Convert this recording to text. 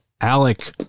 Alec